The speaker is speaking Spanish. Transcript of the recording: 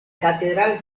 catedral